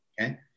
okay